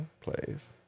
plays